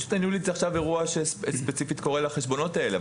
הגמישות הניהולית היא אירוע ספציפי לחשבונות האלה.